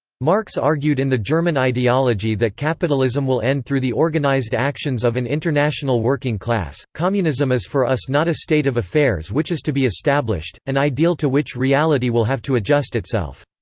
marx argued in the german ideology that capitalism will end through the organised actions of an international working class communism is for us not a state of affairs which is to be established, an ideal to which reality reality will have to adjust itself.